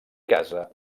casa